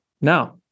Now